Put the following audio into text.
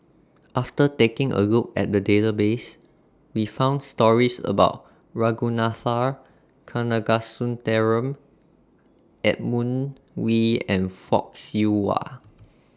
after taking A Look At The Database We found stories about Ragunathar Kanagasuntheram Edmund Wee and Fock Siew Wah